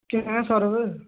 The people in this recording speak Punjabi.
ਕਿਵੇਂ ਹੈ ਸੌਰਵ